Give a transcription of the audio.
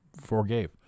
forgave